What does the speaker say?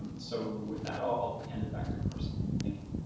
so with that, i'll hand it back to carson. thank you.